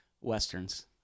Westerns